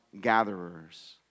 gatherers